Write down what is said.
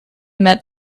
met